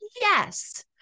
yes